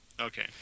Okay